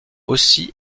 aussi